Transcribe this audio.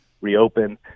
reopen